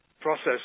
process